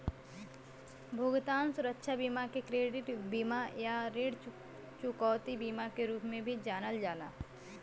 भुगतान सुरक्षा बीमा के क्रेडिट बीमा या ऋण चुकौती बीमा के रूप में भी जानल जाला